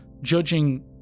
judging